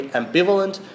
ambivalent